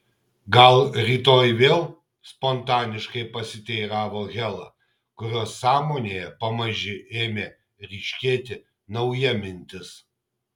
gal rytoj vėl spontaniškai pasiteiravo hela kurios sąmonėje pamaži ėmė ryškėti nauja mintis